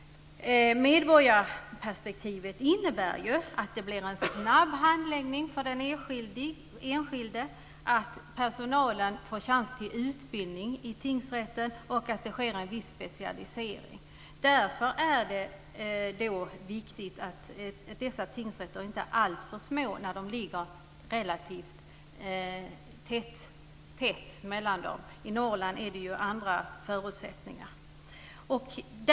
Medborgarperspektivet innebär att det blir en snabb handläggning för den enskilde, att personalen i tingsrätter får chans till utbildning och att det sker en viss specialisering. Därför är det viktigt att dessa tingsrätter inte är alltför små när det är relativt tätt mellan dem. I Norrland är det andra förutsättningar.